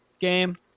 game